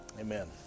Amen